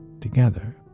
together